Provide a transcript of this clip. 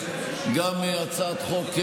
גם הצעת חוק,